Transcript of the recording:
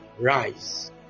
rise